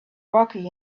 rocky